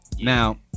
now